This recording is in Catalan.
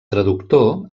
traductor